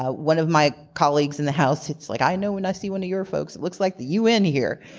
ah one of my colleagues in the house, it's like, i know when i see one of your folks. it looks like the un here.